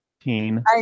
Team